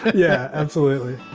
yeah, absolutely